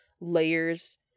layers